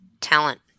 talent